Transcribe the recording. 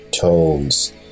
tones